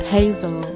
Hazel